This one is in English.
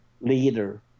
leader